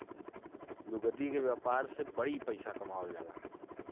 लुगदी क व्यापार से बड़ी पइसा कमावल जाला